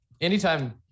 anytime